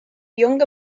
younger